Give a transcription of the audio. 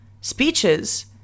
speeches